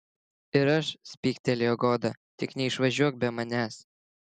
ir aš spygtelėjo goda tik neišvažiuok be manęs